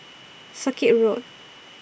Circuit Road